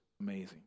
amazing